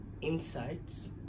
insights